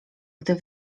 gdy